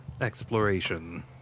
exploration